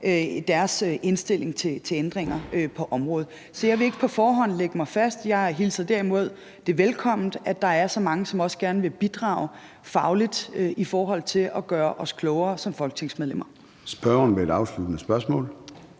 deres indstilling til ændringer på området. Så jeg vil ikke på forhånd lægge mig fast, men jeg hilser det derimod velkommen, at der også er så mange, som gerne vil bidrage fagligt i forhold til at gøre os klogere som folketingsmedlemmer. Kl. 13:29 Formanden (Søren